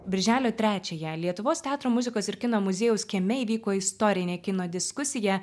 birželio trečiąją lietuvos teatro muzikos ir kino muziejaus kieme įvyko istorinė kino diskusija